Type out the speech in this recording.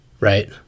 Right